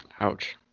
Ouch